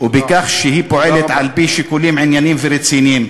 ובכך שהיא פועלת על-פי שיקולים ענייניים ורציניים.